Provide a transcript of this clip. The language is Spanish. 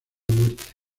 muerte